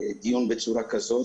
דיון בצורה כזאת,